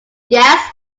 yes